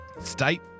State